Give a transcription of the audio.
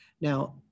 Now